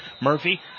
Murphy